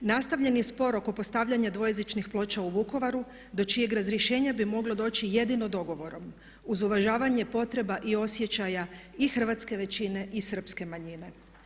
Nastavljen je spor oko postavljanja dvojezičnih ploča u Vukovaru do čijeg razrješenja bi moglo doći jedino dogovorom uz uvažavanje potreba i osjećaja i hrvatske većine i Srpske manjine.